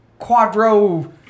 quadro